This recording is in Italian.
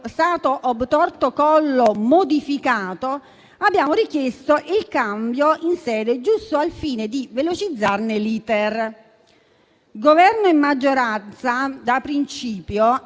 stato *obtorto collo* modificato, abbiamo richiesto il cambio di sede, solo al fine di velocizzarne l'*iter*. Governo e maggioranza da principio